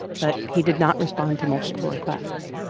but he did not respond to multiple requests